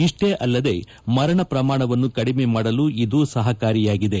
ಇಷ್ಷೇ ಅಲ್ಲದೆ ಮರಣ ಪ್ರಮಾಣವನ್ನು ಕಡಿಮೆ ಮಾಡಲು ಇದು ಸಹಕಾರಿಯಾಗಿದೆ